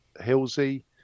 Hilsey